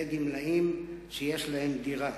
זה לגמלאים שיש להם דירה.